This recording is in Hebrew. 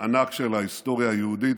ענק של ההיסטוריה היהודית,